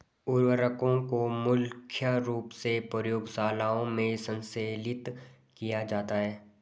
उर्वरकों को मुख्य रूप से प्रयोगशालाओं में संश्लेषित किया जाता है